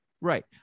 Right